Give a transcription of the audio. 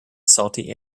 salty